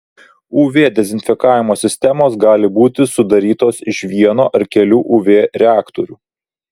uv dezinfekavimo sistemos gali būti sudarytos iš vieno ar kelių uv reaktorių